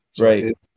Right